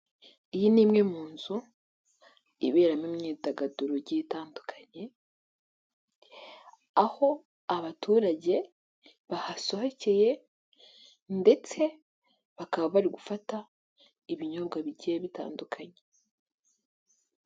Iyi ni imwe mu nzu iberamo imyidagaduro itandukanye, aho abaturage bahasohokeye ndetse bakaba bari gufata ibinyobwa bigiye bitandukanye.